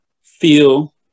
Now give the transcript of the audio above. feel